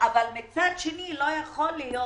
אבל מצד שני, לא יכול להיות